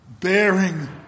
bearing